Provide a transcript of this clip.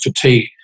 fatigue